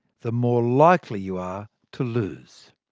the more likely you are to lose.